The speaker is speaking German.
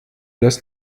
das